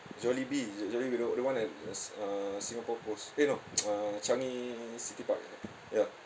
jollibee is it jollibee the the one at it's uh singapore post eh no uh changi city point ya